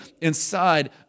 inside